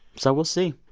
so we'll see.